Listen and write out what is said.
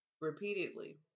Repeatedly